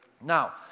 Now